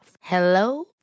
Hello